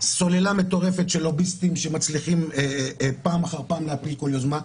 סוללה מטורפת של לוביסטים שמצליחים פעם אחר פעם להפיל כל יוזמה,